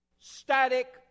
Static